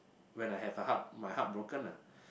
when I have a heart my heart broken lah